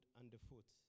underfoot